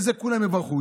על זה כולם יברכו.